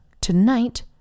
tonight